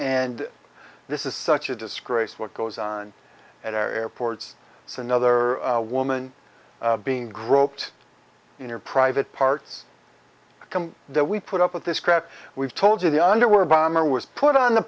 and this is such a disgrace what goes on at our airports it's another woman being groped in her private parts come that we put up with this crap we've told you the underwear bomber was put on